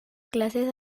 clases